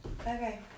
Okay